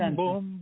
boom